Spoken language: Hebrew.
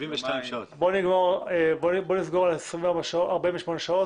בואו נסגור על 48 שעות.